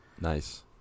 Nice